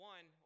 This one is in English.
One